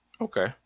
Okay